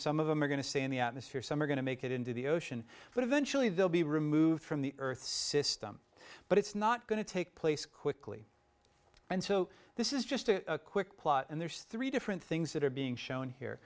some of them are going to stay in the atmosphere some are going to make it into the ocean but eventually they'll be removed from the earth's system but it's not going to take place quickly and so this is just a quick plot and there's three different things that are being shown here